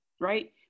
right